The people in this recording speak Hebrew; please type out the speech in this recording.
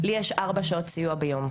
לי יש ארבע שעות סיוע ביום.